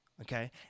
okay